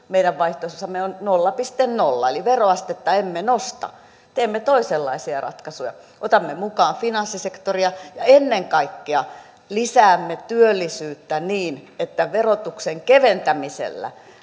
meidän vaihtoehdossamme veroastevaikutus on nolla pilkku nolla eli veroastetta emme nosta teemme toisenlaisia ratkaisuja otamme mukaan finanssisektoria ja ennen kaikkea lisäämme työllisyyttä niin että verotuksen keventämisellä